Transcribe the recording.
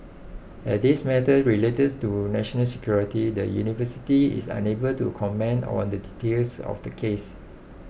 as this matter relates to national security the university is unable to comment on the details of the case